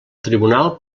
tribunal